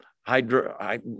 hydro